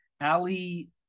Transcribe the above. Ali